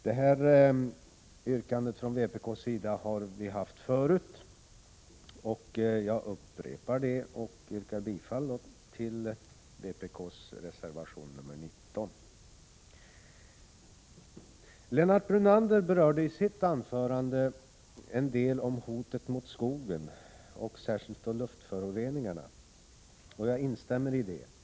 Detta yrkande har vpk framfört tidigare. Jag upprepar det och yrkar bifall till vpk:s reservation nr 19. Lennart Brunander berörde i sitt anförande hotet mot skogen, särskilt luftföroreningarna. Jag instämmer i det han sade.